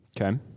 Okay